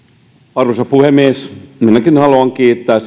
arvoisa puhemies minäkin haluan kiittää